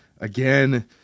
again